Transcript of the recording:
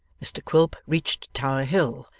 mr quilp reached tower hill,